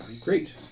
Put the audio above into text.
Great